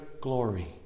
glory